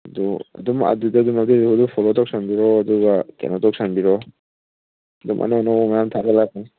ꯑꯗꯣ ꯑꯗꯨꯝ ꯑꯗꯨꯗꯒꯤ ꯐꯣꯂꯣ ꯇꯧꯁꯤꯟꯕꯤꯔꯣ ꯑꯗꯨꯒ ꯀꯩꯅꯣ ꯇꯧꯁꯤꯟꯕꯤꯔꯛꯑꯣ ꯑꯗꯨꯝ ꯑꯅꯧ ꯑꯅꯧꯕ ꯃꯌꯥꯝ ꯊꯥꯒꯠꯂꯛꯀꯅꯤ